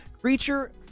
Creature